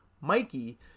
mikey